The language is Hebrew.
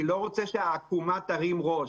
אני לא רוצה שהעקומה תרים ראש.